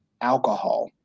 alcohol